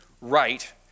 right